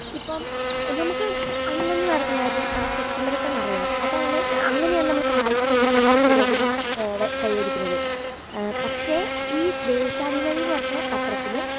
ഇപ്പം നമുക്ക് അന്നന്ന് നടന്ന കാര്യം നമുക്ക് പെട്ടെന്ന് പെട്ടെന്നറിയണം അതാണ് അങ്ങിനെയാണ് നമ്മൾ കാലത്തിനനുസരിച്ച് പുരോഗതി കൈവരിക്കുന്നത് പക്ഷേ ഈ ദേശാഭിമാനിയെന്ന് പറഞ്ഞ പത്രത്തിന്